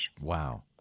Wow